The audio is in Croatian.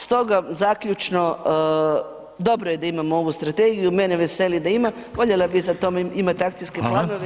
Stoga, zaključno dobro je da imamo ovu strategiju, mene veseli da ima, voljela bi za tome imat akcijske planove